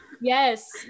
yes